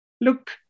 look